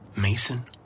Mason